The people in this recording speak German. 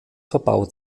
verbaut